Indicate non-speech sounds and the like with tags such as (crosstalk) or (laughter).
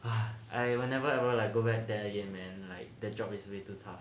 (breath) I will never ever like go back there again man like the job is way too tough